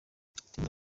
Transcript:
sinifuza